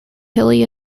hilly